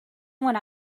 when